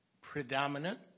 predominant